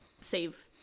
save